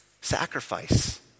sacrifice